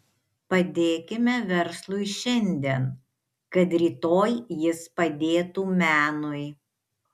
padėkime verslui šiandien kad rytoj jis padėtų menui